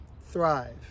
thrive